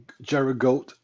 Jericho